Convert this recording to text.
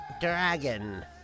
Dragon